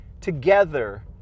together